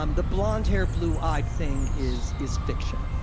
um the blonde haired blue eyed thing is is fiction.